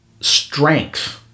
strength